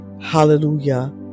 Hallelujah